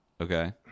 Okay